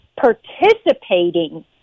participating